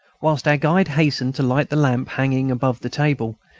whilst our guide hastened to light the lamp hanging above the table,